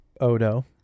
Odo